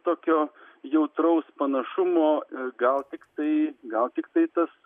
tokio jautraus panašumo gal tiktai gal tiktai tas